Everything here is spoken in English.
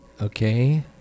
Okay